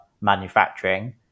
manufacturing